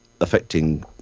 affecting